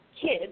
kids